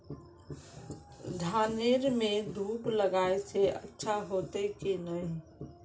धानेर में धूप लगाए से अच्छा होते की नहीं?